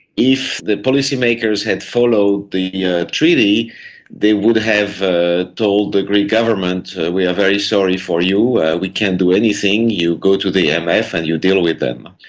if the policymakers had followed the yeah treaty they would have ah told the greek government, we are very sorry for you. we can't do anything. you go to the um imf and you deal with them.